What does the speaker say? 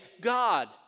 God